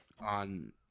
on